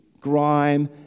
grime